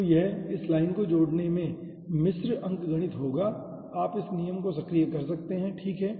तो यह इस लाइन को जोड़ने से मिश्रित अंकगणित होगा आप इस नियम को सक्रिय कर सकते हैं ठीक है